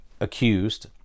accused